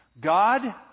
God